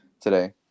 today